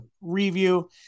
review